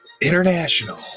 International